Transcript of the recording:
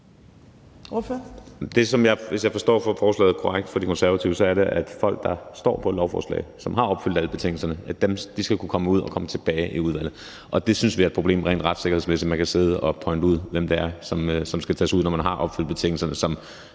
Hvis jeg forstår forslaget fra De Konservative korrekt, er det folk, der står på lovforslaget, som har opfyldt alle betingelserne, som man skal kunne tage ud af lovforslaget og få tilbage i udvalget. Vi synes, det er et problem rent retssikkerhedsmæssigt, at man kan sidde og pege ud, hvem der skal tages ud, når de har opfyldt betingelserne,